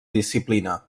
disciplina